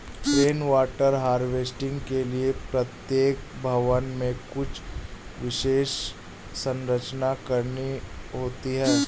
rain water harvesting के लिए प्रत्येक भवन में कुछ विशेष संरचना करनी होती है